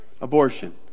Abortion